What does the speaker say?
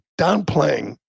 downplaying